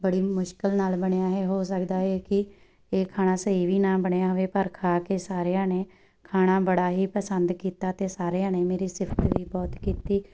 ਬੜੀ ਮੁਸ਼ਕਲ ਨਾਲ ਬਣਿਆ ਹੈ ਇਹ ਹੋ ਸਕਦਾ ਹੈ ਕਿ ਇਹ ਖਾਣਾ ਸਹੀ ਵੀ ਨਾ ਬਣਿਆ ਹੋਵੇ ਪਰ ਖਾ ਕੇ ਸਾਰਿਆਂ ਨੇ ਖਾਣਾ ਬੜਾ ਹੀ ਪਸੰਦ ਕੀਤਾ ਅਤੇ ਸਾਰਿਆਂ ਨੇ ਮੇਰੀ ਸਿਫਤ ਵੀ ਬਹੁਤ ਕੀਤੀ